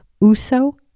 uso